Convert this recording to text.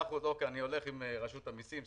אני הולך עם רשות המסים,